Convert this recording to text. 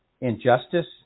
injustice